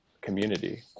community